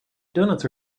doughnuts